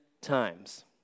times